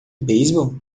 beisebol